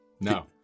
no